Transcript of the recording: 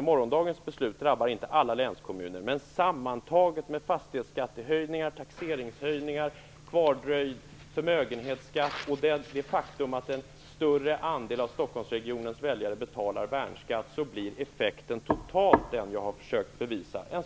morgondagens beslut inte drabbar alla länskommuner. Men sammantaget med fastighetsskattehöjningar, taxeringshöjningar, kvardröjd förmögenhetsskatt och det faktum att en större andel av Stockholmsregionens väljare betalar värnskatt blir effekten den jag har försökt att bevisa, en